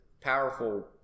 powerful